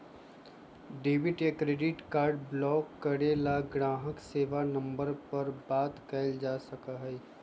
debit card या credit card block करे ला ग्राहक सेवा नंबर पर बात कइल जा सका हई